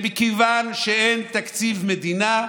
שמכיוון שאין תקציב מדינה,